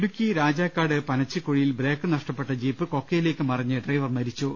ഇടുക്കി രാജാക്കാട് പനച്ചിക്കുഴിയിൽ ബ്രേക്ക് നഷ്ടപ്പെട്ട ജീപ്പ് കൊക്കയിലേക്ക് മറിഞ്ഞ് ഡ്രൈവർ മരിച്ചു